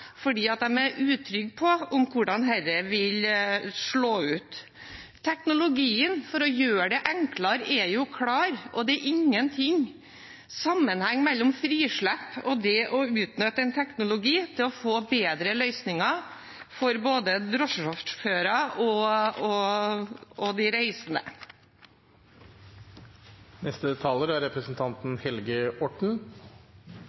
er utrygge på hvordan dette vil slå ut. Teknologien for å gjøre det enklere er klar, og det er ingen sammenheng mellom frislipp og det å utnytte en teknologi til å få bedre løsninger for både drosjesjåfører og de reisende. Jeg har bare et par kommentarer helt avslutningsvis i debatten. Det er